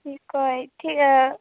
কি কয় থিক